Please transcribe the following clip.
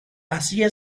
así